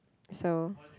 so